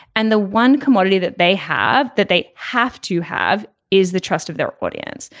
and the one commodity that they have that they have to have is the trust of their audience.